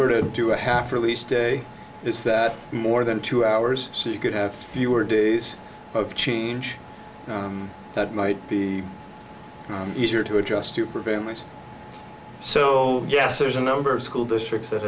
were to do a half release day is that more than two hours so you could have fewer days of change that might be easier to adjust to prevent much so yes there's a number of school districts